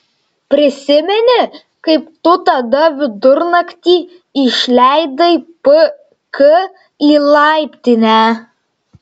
prisimeni kaip tu tada vidurnaktį išleidai pk į laiptinę